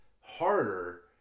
harder